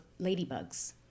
ladybugs